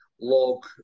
log